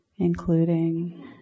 including